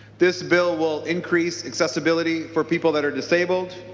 this bill will increase acceptability for people that are disabled